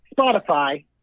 Spotify